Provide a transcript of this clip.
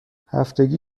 هفتگی